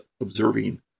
observing